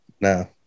No